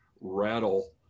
rattle